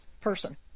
person